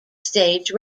stage